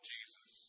Jesus